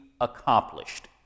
accomplished